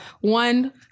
one-